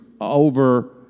over